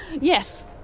Yes